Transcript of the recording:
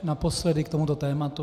Naposledy k tomuto tématu.